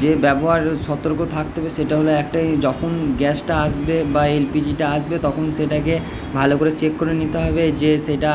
যে ব্যবহার সতর্ক থাকতে হবে সেটা হলো একটাই যখন গ্যাসটা আসবে বা এলপিজিটা আসবে তখন সেটাকে ভালো করে চেক করে নিতে হবে যে সেটা